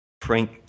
Frank